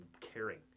caring